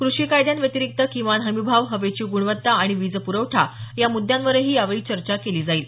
कृषी कायद्यांव्यतिरिक्त किमान हमी भाव हवेची गुणवत्ता आणि वीजपुरवठा या मुद्यावरही यावेळी चर्चा केली जाईल